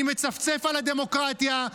אני מצפצף על הדמוקרטיה,